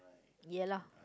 ya lah